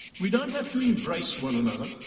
we don't have to embrace one another,